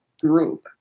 group